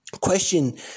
question